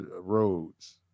roads